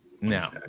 no